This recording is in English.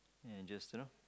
and just you know